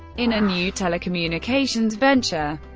in a new telecommunications venture.